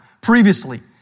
previously